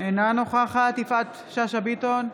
אינה נוכחת יפעת שאשא ביטון,